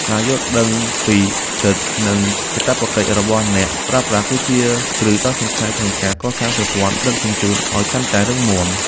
ការយល់ដឹងពីសិទ្ធិ និងកាតព្វកិច្ចរបស់អ្នកប្រើប្រាស់ គឺជាគ្រឹះដ៏សំខាន់ក្នុងការកសាងប្រព័ន្ធដឹកជញ្ជូនឱ្យកាន់តែរឹងមាំ។